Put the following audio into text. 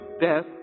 death